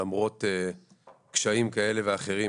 למרות קשיים כאלה ואחרים